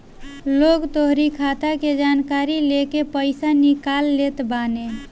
लोग तोहरी खाता के जानकारी लेके पईसा निकाल लेत बाने